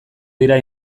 dira